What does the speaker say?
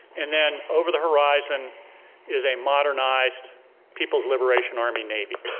and then over the horizon is a modernized people's liberation army navy.